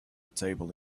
table